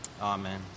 amen